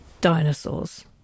dinosaurs